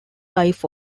life